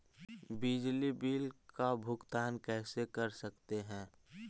बिजली बिल का भुगतान कैसे कर सकते है?